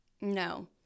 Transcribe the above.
No